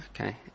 Okay